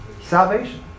salvation